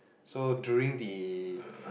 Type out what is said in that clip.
so during the